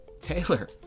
Taylor